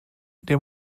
der